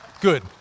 Good